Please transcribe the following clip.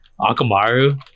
Akamaru